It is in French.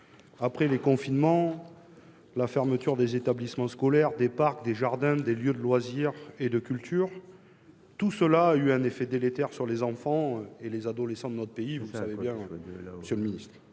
Gay. Les confinements, la fermeture des établissements scolaires, des parcs, des jardins, des lieux de loisirs et de culture, tout cela a eu un effet délétère sur les enfants et les adolescents de notre pays. De nombreuses